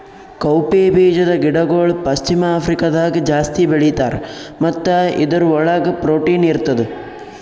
cowpea ಬೀಜದ ಗಿಡಗೊಳ್ ಪಶ್ಚಿಮ ಆಫ್ರಿಕಾದಾಗ್ ಜಾಸ್ತಿ ಬೆಳೀತಾರ್ ಮತ್ತ ಇದುರ್ ಒಳಗ್ ಪ್ರೊಟೀನ್ ಇರ್ತದ